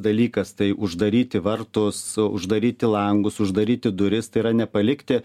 dalykas tai uždaryti vartus uždaryti langus uždaryti duris tai yra nepalikti